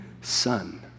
son